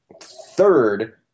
Third